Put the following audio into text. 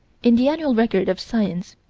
in the annual record of science,